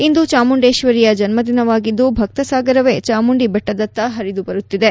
ಇಂದು ಚಾಮುಂಡೇಶ್ವರಿಯ ಜನ್ಮ ದಿನವಾಗಿದ್ದು ಭಕ್ತ ಸಾಗರವೇ ಚಾಮುಂಡಿ ಬೆಟ್ಟದತ್ತ ಪರಿದು ಬರುತ್ತಿದೆ